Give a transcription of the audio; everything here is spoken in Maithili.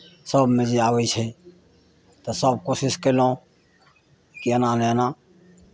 सभमे जे आबै छै तऽ सभ कोशिश कयलहुँ कि एना नहि एना